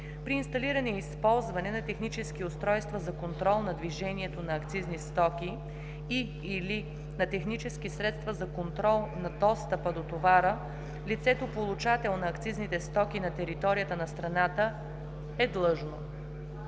При инсталиране и използване на технически устройства за контрол на движението на акцизни стоки и/или на технически средства за контрол на достъпа до товара лицето – получател на акцизните стоки на територията на страната, е длъжно: